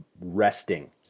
resting